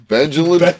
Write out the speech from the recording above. Benjamin